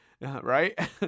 Right